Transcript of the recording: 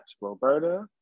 Roberta